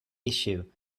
issue